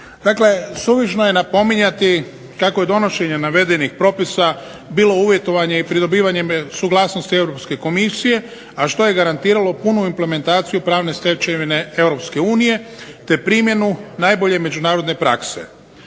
suvišno je napominjati kako je donošenje navedenih propisa bilo uvjetovanje i pridobivanje suglasnosti Europske komisije, a što je garantiralo punu implementaciju pravne stečevine EU te primjenu najbolje međunarodne prakse.